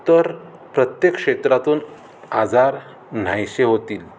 तर प्रत्येक क्षेत्रातून आजार नाहीसे होतील